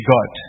God